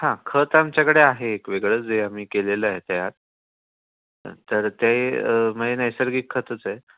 हां खत आमच्याकडे आहे एक वेगळंच जे आम्ही केलेलं आहे तयार तर ते म्हणजे नैसर्गिक खतच आहे